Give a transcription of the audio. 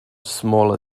smaller